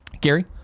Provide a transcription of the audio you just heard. gary